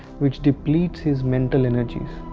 which depletes his mental energies.